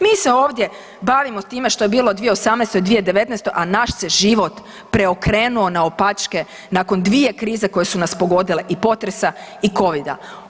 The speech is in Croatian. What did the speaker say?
Mi se ovdje bavimo time što je bilo u 2018. i u 2019., a naš se život preokrenuo naopačke nakon dvije krize koje su nas pogodile, i potresa i covida.